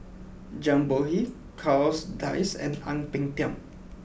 Zhang Bohe Charles Dyce and Ang Peng Tiam